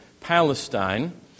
Palestine